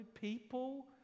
people